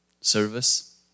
service